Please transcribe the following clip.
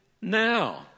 now